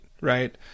right